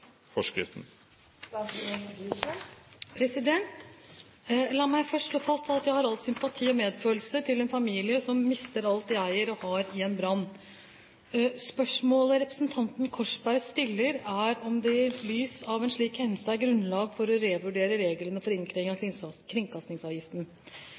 La meg først si at jeg har all sympati og medfølelse med en familie som mister alt den eier og har i en brann. Spørsmålet representanten Korsberg stiller, er om det i lys av en slik hendelse er grunnlag for å revurdere reglene for innkreving av